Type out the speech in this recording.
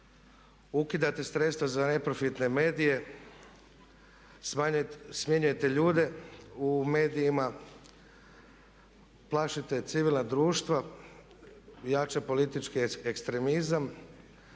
ukidate sredstva za neprofitne medije, smjenjujete ljude u medijima, plašite civilna društva, jača politički ekstremizam